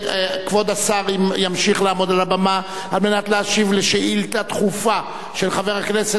כבוד השר ימשיך לעמוד על הבמה כדי להשיב על שאילתא דחופה של חבר הכנסת